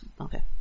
Okay